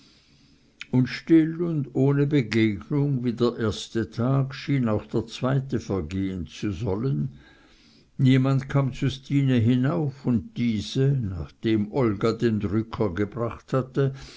und still und ohne begegnung wie der erste tag schien auch der zweite vergehen zu sollen niemand kam zu stine hinauf und diese nachdem olga den drücker gebracht hatte